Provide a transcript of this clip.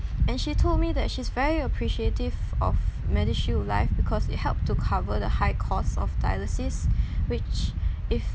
and she told me that she's very appreciative of medishield life because it helped to cover the high cost of dialysis which if